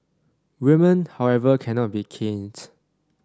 women however cannot be caned